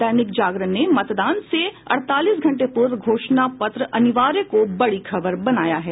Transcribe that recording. दैनिक जागरण ने मतदान से अड़तालीस घंटे पूर्व घोषणा पत्र अनिवार्य को बड़ी खबर बनाया है